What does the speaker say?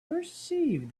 perceived